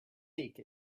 take